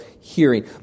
hearing